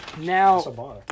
Now